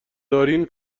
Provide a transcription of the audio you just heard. دارین